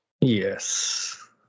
Yes